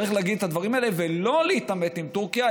צריך להגיד את הדברים האלה ולא להתעמת עם טורקיה.